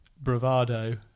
bravado